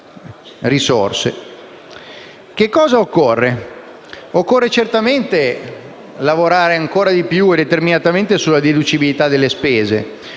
delle risorse. Occorre certamente lavorare ancora di più e con determinazione sulla deducibilità delle spese;